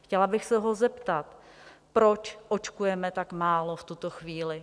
Chtěla bych se ho zeptat, proč očkujeme tak málo v tuto chvíli?